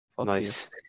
Nice